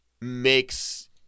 makes